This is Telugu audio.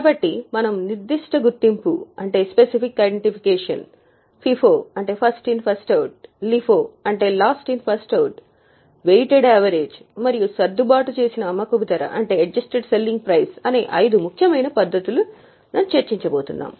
కాబట్టి మనము నిర్దిష్ట గుర్తింపు అనే ఐదు ముఖ్యమైన పద్ధతులను చర్చించబోతున్నాము